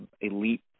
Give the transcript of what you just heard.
elite